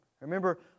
Remember